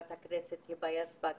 אחרת יחזירו את התקציבים האלה,